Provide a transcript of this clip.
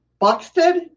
Buxted